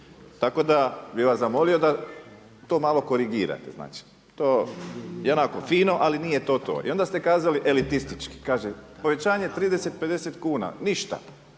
Tako da bih vas zamolio da to malo korigirate, to je onako fino, ali nije to to. I onda ste kazali elitistički, kaže povećanje 30, 50 kuna ništa,